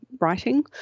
writing